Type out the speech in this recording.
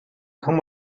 kann